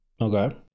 Okay